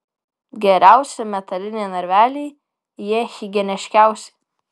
geriausi metaliniai narveliai jie higieniškiausi